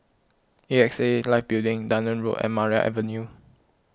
A X A Life Building Dunearn Road and Maria Avenue